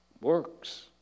Works